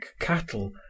cattle